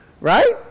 Right